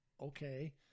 Okay